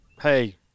hey